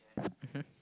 mmhmm